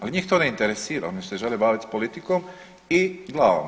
Ali njih to ne interesira, oni se žele baviti politikom i glavama.